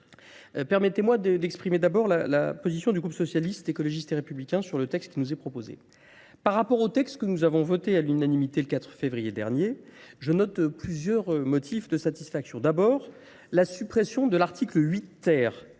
Permettez-moi d'exprimer d'abord la position du Coupe socialiste écologiste et républicain sur le texte qui nous est proposé. Par rapport au texte que nous avons voté à l'unanimité le 4 février dernier, je note plusieurs motifs de satisfaction. D'abord, la suppression de l'article 8R